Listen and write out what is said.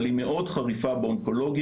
אבל היא מאוד חריפה באונקולוגיה,